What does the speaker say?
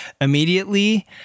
Immediately